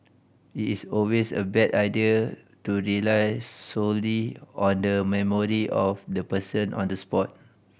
it is always a bad idea to rely solely on the memory of the person on the spot